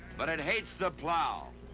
but it hates the plow.